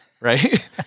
right